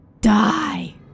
Die